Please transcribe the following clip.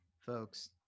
folks